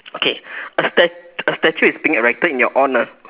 okay a stat~ a statue is being erected in your honour